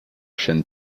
chêne